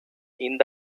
இந்த